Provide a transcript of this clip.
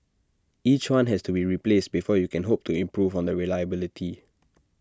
each one has to be replaced before you can hope to improve on the reliability